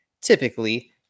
typically